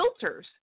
filters